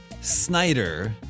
Snyder